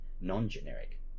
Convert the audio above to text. non-generic